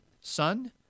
Son